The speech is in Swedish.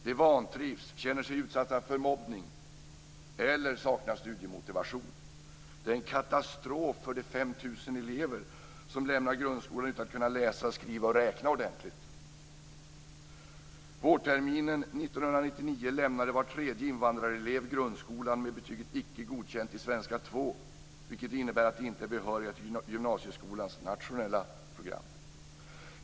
De vantrivs, känner sig utsatta för mobbning eller saknar studiemotivation. Det är en katastrof för de 5 000 elever som lämnar grundskolan utan att kunna läsa, skriva och räkna ordentligt. 2, vilket innebär att de inte är behöriga till gymnasieskolans nationella program.